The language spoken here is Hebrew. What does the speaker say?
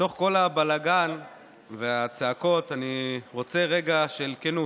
בתוך כל הבלגן והצעקות אני רוצה רגע של כנות: